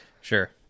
Sure